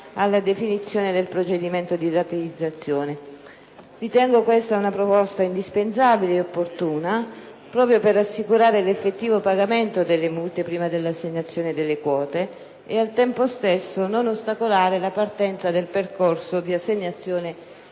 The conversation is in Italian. alla definizione del procedimento di rateizzazione. Ritengo questa una proposta indispensabile ed opportuna proprio per assicurare l'effettivo pagamento delle multe prima dell'assegnazione delle quote e al tempo stesso non ostacolare la partenza del percorso di assegnazione